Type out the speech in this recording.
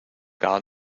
gar